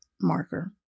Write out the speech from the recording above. marker